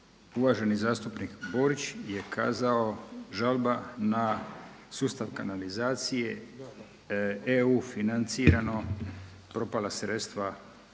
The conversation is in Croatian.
uvaženi zastupnik Borić je kazao žalba na sustav kanalizacije EU financirano, propala sredstva,